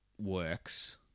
works